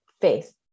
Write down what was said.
faith